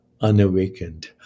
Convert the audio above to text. unawakened